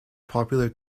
popular